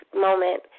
moment